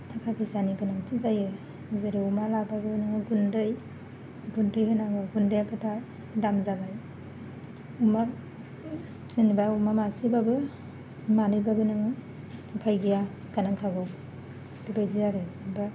थाखा फैसानि गोनांथि जायो जेरै अमा लाबाबो नोङो गुन्दै गुन्दै होनांगौ गुन्दैयाबो दा दाम जाबाय अमा जेनेबा अमा मासेबाबो मानैबाबो नों उफाय गैया होखानांखागौ बेबायदि आरो जेनबा